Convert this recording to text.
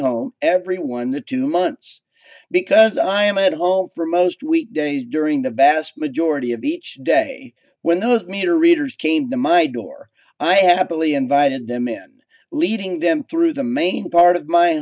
home every one the two months because i am at home for most weekdays during the best majority of each day when the meter readers came to my door i happily invited them in leading them through the main part of my